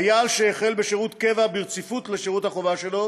חייל שהחל בשירות קבע ברציפות לשירות החובה שלו